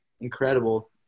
incredible